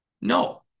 No